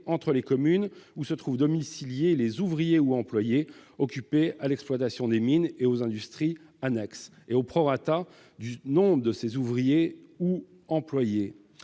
entre les communes où se trouvent domiciliés les ouvriers ou employés occupés à l'exploitation des mines et aux industries annexes, du nombre de ces ouvriers ou employés.